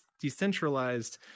decentralized